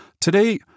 Today